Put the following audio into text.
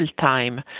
time